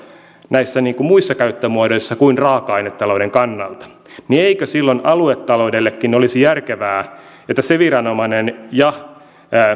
näissä muissa käyttömuodoissa kuin raaka ainetalouden kannalta niin eikö silloin aluetaloudellekin olisi järkevää että se viranomainen ja